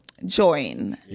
join